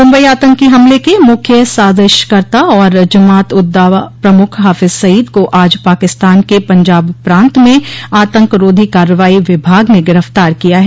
मुम्बई आतंकी हमले के मुख्य साजिशकर्ता और जमात उद दावा प्रमुख हाफिज सईद को आज पाकिस्तान के पंजाब प्रांत में आतंकरोधी कार्रवाई विभाग ने गिरफ्तार किया है